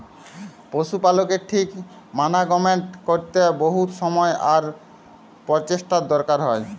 পশু পালকের ঠিক মানাগমেন্ট ক্যরতে বহুত সময় আর পরচেষ্টার দরকার হ্যয়